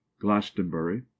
Glastonbury